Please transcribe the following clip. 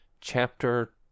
chapter